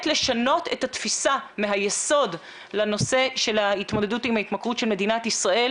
לשנות את התפיסה מהיסוד לנושא של ההתמודדות עם ההתמכרות של מדינת ישראל,